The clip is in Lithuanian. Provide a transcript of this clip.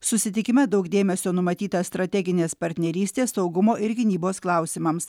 susitikime daug dėmesio numatyta strateginės partnerystės saugumo ir gynybos klausimams